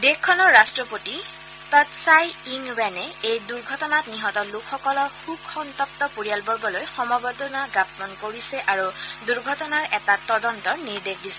দেশখনৰ ৰাট্টপতি Tsai Ing wen এই দুৰ্ঘটনাত নিহত লোকসকলৰ শোকসন্তপ্ত পৰিয়ালবগলৈ সমবেদনা জাপন কৰিছে আৰু দুৰ্ঘটনাৰ এটা তদন্তৰ নিৰ্দেশ দিছে